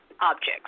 objects